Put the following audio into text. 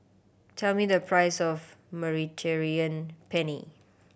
tell me the price of Mediterranean Penne